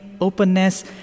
openness